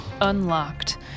Unlocked